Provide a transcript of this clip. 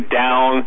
down